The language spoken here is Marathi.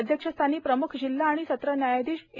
अध्यक्षस्थानी प्रमुख जिल्हा आणि सत्र न्यायाधीश ए